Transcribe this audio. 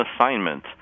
assignment